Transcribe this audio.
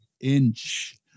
inch